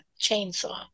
chainsaw